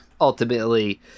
ultimately